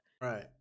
Right